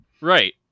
Right